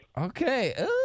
Okay